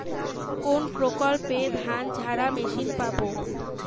কোনপ্রকল্পে ধানঝাড়া মেশিন পাব?